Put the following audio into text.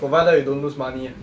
provided you don't lose money ah